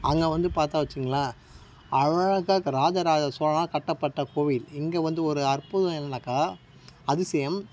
அங்கே வந்து பார்த்தா வச்சிங்களேன் அழகாக இப்போ ராஜராஜ சோழனால் கட்டப்பட்ட கோவில் இங்கே வந்து ஒரு அற்புதம் என்னன்னாக்கா அதிசயம்